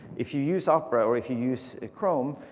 if you use opera or if you use chrome,